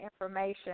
information